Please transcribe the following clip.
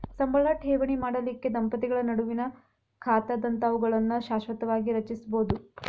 ಸಂಬಳ ಠೇವಣಿ ಮಾಡಲಿಕ್ಕೆ ದಂಪತಿಗಳ ನಡುವಿನ್ ಖಾತಾದಂತಾವುಗಳನ್ನ ಶಾಶ್ವತವಾಗಿ ರಚಿಸ್ಬೋದು